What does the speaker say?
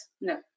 No